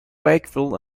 wakefield